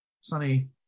sunny